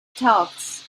talks